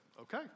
okay